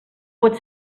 pot